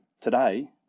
Today